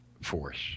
force